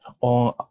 on